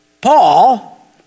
Paul